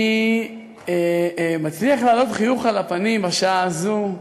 אני מצליח להעלות חיוך על הפנים בשעה הזאת,